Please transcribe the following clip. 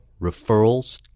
referrals